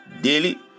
daily